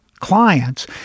clients